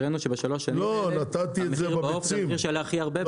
הראינו שבשלוש השנים האלה מחיר העוף הוא המחיר שעלה הכי הרבה.